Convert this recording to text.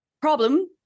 problem